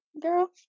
girl